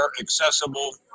accessible